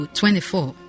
24